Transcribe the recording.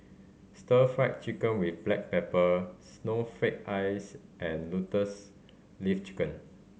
Stir Fry Chicken with black pepper snowflake ice and Lotus Leaf Chicken